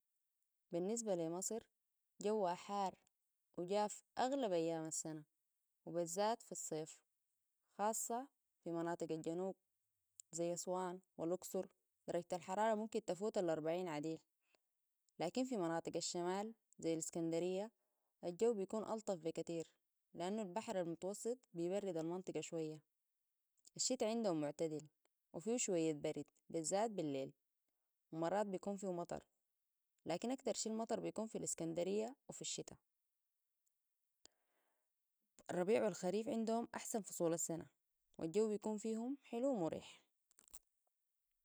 بالنسبة لمصر جوهأ حار وجاف أغلب أيام السنة وبالذات في الصيف خاصة في مناطق الجنوب زي أسوان و الاقصر درجة الحرارة ممكن تفوت الاربعين عديل لكن في مناطق الشمال زي الإسكندرية الجو بيكون ألطف بكتير لأنه البحر المتوسط بيبرد المنطقة شوية الشتأ عندهم معتدل وفيه شوية برد بالذات بالليل ومرات بيكون فيه مطر لكن أكثر شيء المطر بيكون في الإسكندرية وفي الشتأ الربيع والخريف عندهم احسن فصول السنة والجو بيكون فيهم حلو ومريح